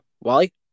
Wally